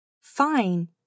Fine